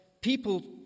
people